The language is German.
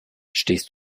stehst